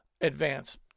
advance